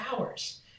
hours